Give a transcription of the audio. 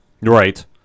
Right